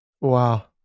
Wow